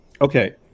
Okay